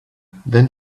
then